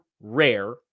rare